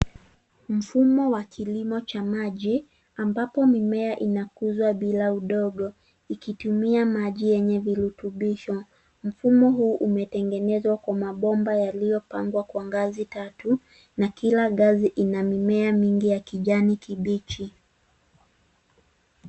Mfumo wa kilimo cha maji ambapo mimea inakuzwa bila udongo ikitumia maji yenye virutibisho. Mfumo huu umetengenezwa kwa mabomba yaliyopangwa kwa ngazi tatu na kila ngazi ina mimea mingi ya kijani kibichi.